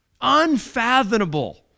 unfathomable